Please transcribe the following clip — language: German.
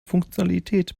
funktionalität